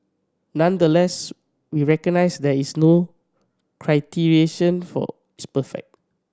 nonetheless we recognise that there is no criterion for is perfect